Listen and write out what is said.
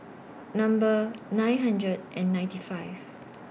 Number nine hundred and ninety five